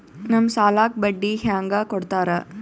ನಮ್ ಸಾಲಕ್ ಬಡ್ಡಿ ಹ್ಯಾಂಗ ಕೊಡ್ತಾರ?